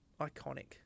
iconic